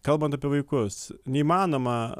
kalbant apie vaikus neįmanoma